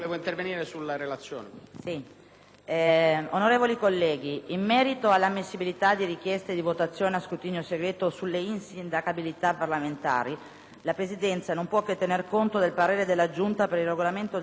Onorevoli colleghi, in merito all'ammissibilità di richieste di votazione a scrutinio segreto sulle insindacabilità parlamentari, la Presidenza non può che tener conto del parere della Giunta per il Regolamento del 6 maggio 1993.